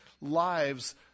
lives